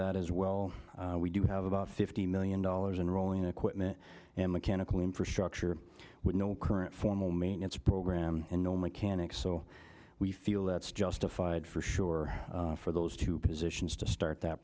that as well we do have about fifty million dollars in rolling equipment and mechanical infrastructure with no current formal maintenance program and no mechanics so we feel that's justified for sure for those two positions to start that